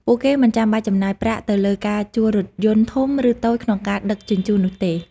ពួកគេមិនចាំបាច់ចំណាយប្រាក់ទៅលើការជួលរថយន្តធំ ឬតូចក្នុងការដឹកជញ្ជូននោះទេ។